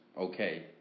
Okay